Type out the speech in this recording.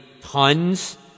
tons